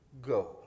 Go